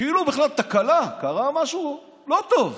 כאילו זו בכלל תקלה, קרה משהו לא טוב.